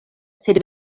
sed